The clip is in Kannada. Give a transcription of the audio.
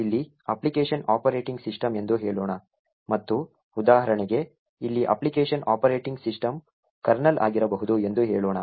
ಇಲ್ಲಿ ಅಪ್ಲಿಕೇಶನ್ ಆಪರೇಟಿಂಗ್ ಸಿಸ್ಟಂ ಎಂದು ಹೇಳೋಣ ಮತ್ತು ಉದಾಹರಣೆಗೆ ಇಲ್ಲಿ ಅಪ್ಲಿಕೇಶನ್ ಆಪರೇಟಿಂಗ್ ಸಿಸ್ಟಮ್ ಕರ್ನಲ್ ಆಗಿರಬಹುದು ಎಂದು ಹೇಳೋಣ